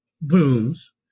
booms